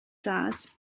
dad